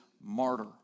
martyr